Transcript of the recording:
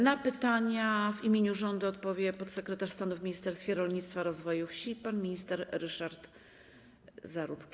Na pytania w imieniu rządu odpowie podsekretarz stanu w Ministerstwie Rolnictwa i Rozwoju Wsi pan minister Ryszard Zarudzki.